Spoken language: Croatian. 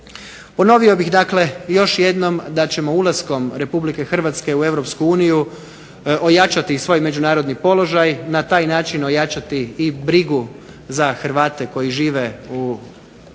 Ponovio bih dakle još jednom da ćemo ulaskom RH u EU ojačati svoj međunarodni položaj, na taj način ojačati i brigu za Hrvate koji žive u drugim